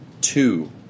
two